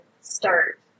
start